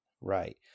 Right